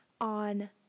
on